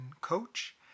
coach